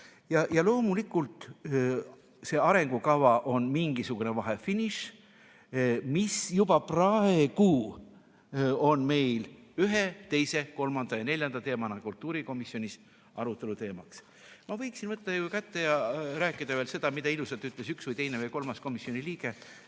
Loomulikult on see arengukava mingisugune vahefiniš selles mõttes, mis juba praegu on meil ühe, teise, kolmanda ja neljanda teemana kultuurikomisjonis arutelu all. Ma võiksin võtta kätte ja rääkida, mida ilusat ütles üks või teine või kolmas komisjoni liige.